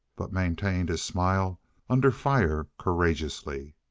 but maintained his smile under fire courageously.